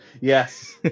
Yes